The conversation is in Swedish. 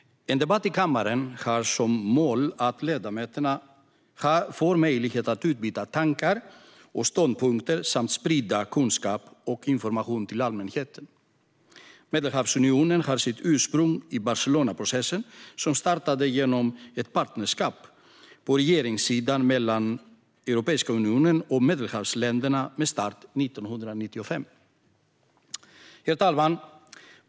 En debatt i kammaren har som mål att ledamöterna ska få möjlighet att utbyta tankar och ståndpunkter samt sprida kunskap och information till allmänheten. Medelhavsunionen har sitt ursprung i Barcelonaprocessen, som startade genom ett partnerskap på regeringssidan mellan Europeiska unionen och Medelhavsländerna med start 1995. Herr talman!